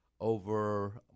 over